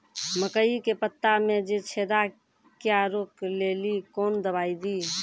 मकई के पता मे जे छेदा क्या रोक ले ली कौन दवाई दी?